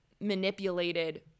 manipulated